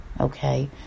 Okay